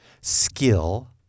skill